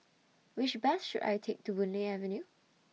Which Bus should I Take to Boon Lay Avenue